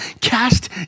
cast